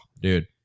dude